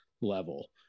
level